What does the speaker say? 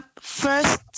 First